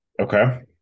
Okay